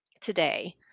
today